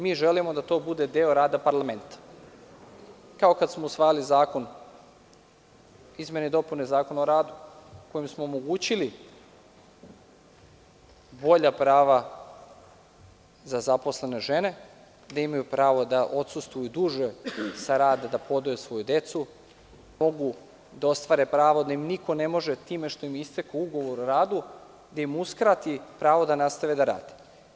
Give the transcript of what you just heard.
Mi želimo da to bude deo rada parlamenta, kao kad smo usvajali izmene i dopune Zakona o radu kojim smo omogućili bolja prava za zaposlene žene, gde imaju pravo da odsustvuju duže sa rada, da podoje svoju decu, da mogu da ostvare pravo da im niko ne može time što im je istekao ugovor o radu da im uskrati pravo da nastave da rade.